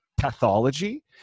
pathology